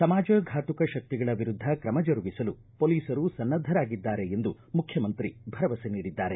ಸಮಾಜಘಾತುಕ ಶಕ್ತಿಗಳ ವಿರುದ್ಧ ಕ್ರಮ ಜರುಗಿಸಲು ಪೊಲೀಸ್ರು ಸನ್ನದ್ಧವಾಗಿದ್ದಾರೆ ಎಂದು ಮುಖ್ಯಮಂತ್ರಿ ಭರವಸೆ ನೀಡಿದ್ದಾರೆ